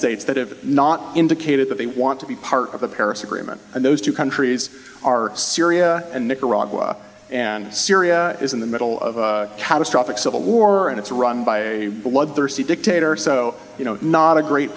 states that have not indicated that they want to be part of a paris agreement and those two countries are syria and nicaragua and syria is in the middle of a catastrophic civil war and it's run by a bloodthirsty dictator so you know not a great